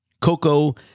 Coco